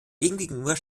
demgegenüber